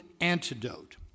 antidote